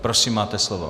Prosím, máte slovo.